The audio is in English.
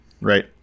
right